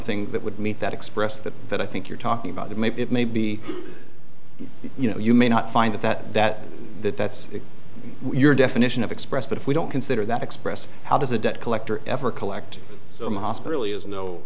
something that would meet that express that that i think you're talking about maybe it may be you know you may not find that that that that that's your definition of express but if we don't consider that express how does a debt collector ever collect them hospita